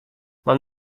mam